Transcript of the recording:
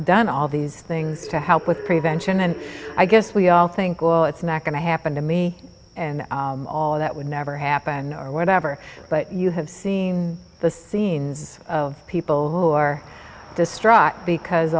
done all these things to help with prevention and i guess we all think well it's not going to happen to me and all that would never happen or whatever but you have seen the scenes people are distraught because